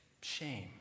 shame